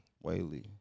Whaley